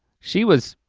she was,